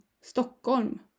Stockholm